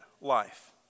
life